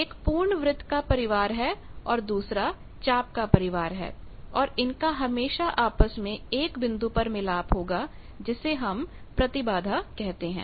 एक पूर्ण वृत्त का परिवार है और दूसरा चाप का परिवार है और इनका हमेशा आपस में एक बिंदु पर मिलाप होगा जिसे हम प्रतिबाधा कहते हैं